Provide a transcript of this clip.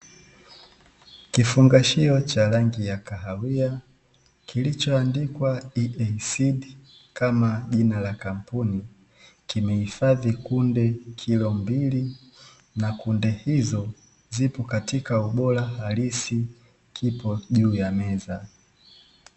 Kifungashio cha rangi ya kahawia, kilichoandikwa 'EASEED' kama jina la kampuni kimehifadhi kunde kilo mbili na kunde hizo zipo katika ubora halisi kipo juu ya meza.